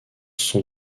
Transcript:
sont